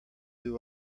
who